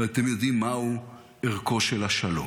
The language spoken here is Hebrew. אבל אתם יודעים מהו ערכו של השלום.